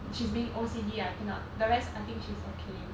she's being O_C_D I cannot the rest I think she's okay